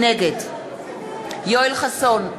נגד יואל חסון,